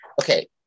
okay